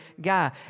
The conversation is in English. guy